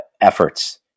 efforts